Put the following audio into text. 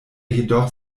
jedoch